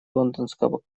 лондонского